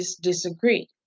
disagree